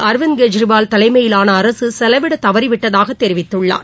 அரவிந்த் கெஜ்ரிவால் தலைமையிலான அரசு செலவிடத் தவறிவிட்டதாக தெரிவித்துள்ளார்